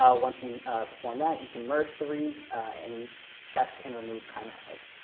ah once you perform that, you can merge the reads, and check and remove chimeras.